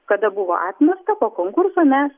kada buvo atmesta po konkurso mes